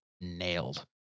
nailed